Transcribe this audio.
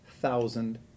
thousand